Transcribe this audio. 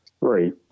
Right